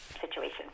situation